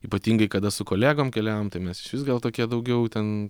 ypatingai kada su kolegom keliaujam tai mes išvis gal tokie daugiau ten